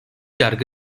yargı